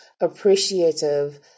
appreciative